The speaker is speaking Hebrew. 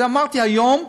זה אמרתי היום,